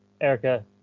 Erica